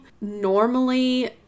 Normally